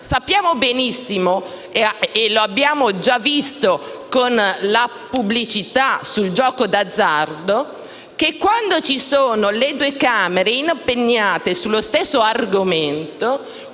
Sappiamo benissimo - e lo abbiamo già visto con la pubblicità sul gioco d'azzardo - che, quando le due Camere sono impegnate sullo stesso argomento